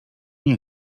nie